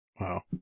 Wow